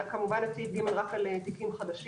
וכמובן את סעיף (ג) רק על תיקים חדשים.